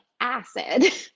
acid